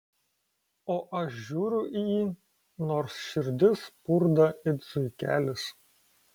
o aš žiūriu į jį nors širdis spurda it zuikelis